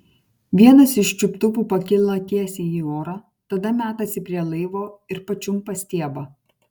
vienas iš čiuptuvų pakyla tiesiai į orą tada metasi prie laivo ir pačiumpa stiebą